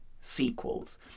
sequels